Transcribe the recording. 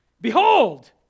Behold